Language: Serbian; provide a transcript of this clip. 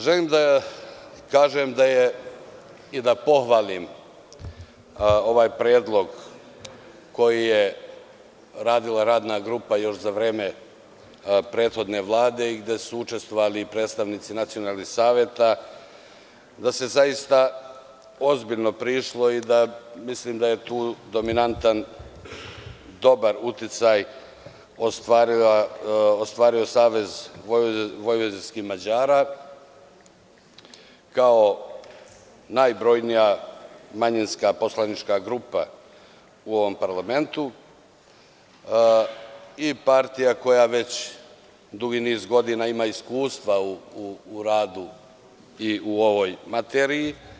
Želim da kažem i pohvalim ovaj predlog koji je radila radna grupa još za vreme prethodne Vlade i gde su učestvovali i predstavnici nacionalnih saveta, da se zaista ozbiljno prišlo i mislim da je tu dominantan dobar uticaj ostvario SVM kao najbrojnija manjinska poslanička grupa u ovom parlamentu i partija koja već dugi niz godina ima iskustva u radu i u ovoj materiji.